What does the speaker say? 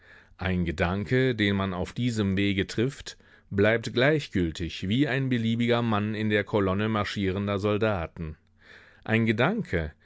ein gedanke den man auf diesem wege trifft bleibt gleichgültig wie ein beliebiger mann in der kolonne marschierender soldaten ein gedanke